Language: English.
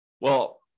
well-